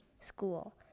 School